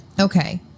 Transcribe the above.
Okay